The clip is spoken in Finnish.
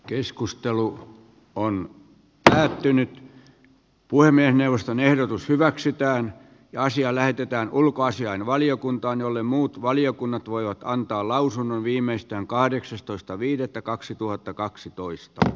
keskustelu on nyt tärväytynyt puhemiesneuvoston ehdotus hyväksytään ja asia lähetetään ulkoasiainvaliokuntaan jolle muut valiokunnat voivat antaa lausunnon viimeistään jossakin toisessa pohjoismaassa